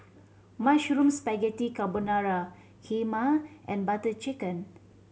Mushroom Spaghetti Carbonara Kheema and Butter Chicken